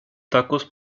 tacos